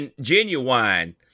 genuine